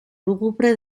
lúgubre